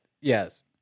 Yes